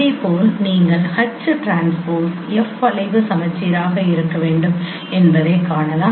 இதேபோல் இங்கே நீங்கள் H டிரான்ஸ்போஸ் F வளைவு சமச்சீராக இருக்க வேண்டும் என்பதைக் காணலாம்